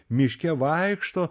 miške vaikšto